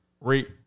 Rate